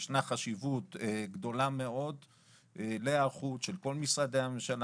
ישנה חשיבות גדולה מאוד להיערכות של כל משרדי הממשלה,